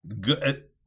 good